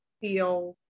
feel